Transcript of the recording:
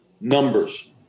numbers